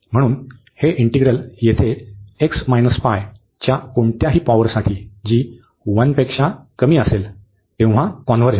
म्हणून हे इंटिग्रल येथे x π च्या कोणत्याही पॉवरसाठी जी 1 पेक्षा कमी असेल कॉन्व्हर्ज होते